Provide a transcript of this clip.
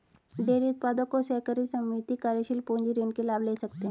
dairy उत्पादक और सहकारी समिति कार्यशील पूंजी ऋण के लाभ ले सकते है